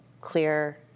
clear